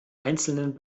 einzelnen